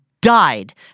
died